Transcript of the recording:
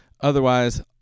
otherwise